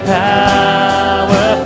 power